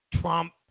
Trump